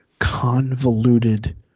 convoluted